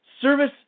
Service